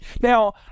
Now